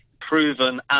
proven